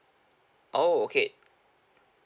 oh okay